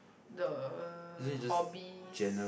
the hobbies